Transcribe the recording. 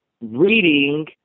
reading